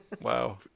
Wow